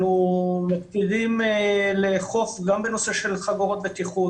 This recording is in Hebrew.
אנחנו מקפידים לאכוף גם בנושא של חגורות בטיחות